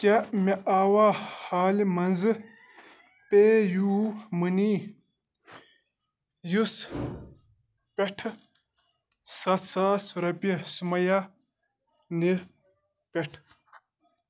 کیٛاہ مےٚ آوا حالہٕ منٛزٕ پے یوٗ مٔنی یُس پٮ۪ٹھٕ ستھ ساس رۄپیہِ سُمَیا نہِ پٮ۪ٹھٕ